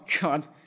god